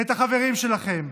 את החברים שלכם,